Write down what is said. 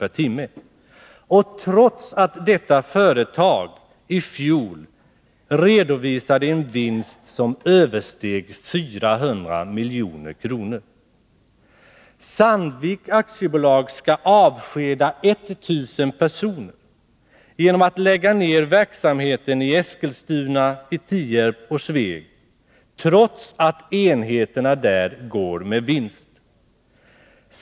per timme och trots att detta företag i fjol redovisade en vinst som översteg 400 milj.kr. Sandvik AB skall avskeda 1 000 personer genom att lägga ned verksamheten i Eskilstuna, Tierp och Sveg, trots att enheterna går med vinst.